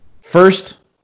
First